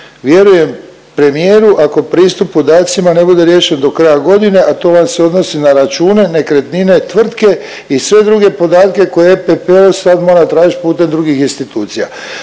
vjerujem premijeru ako pristup podacima ne bude riješen do kraja godine, a to vam se odnosi na račune, nekretnine, tvrtke i sve druge podatke koje EPPO sad mora tražit putem drugih institucija.